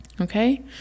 Okay